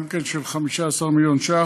גם כן 15 מיליון שקל.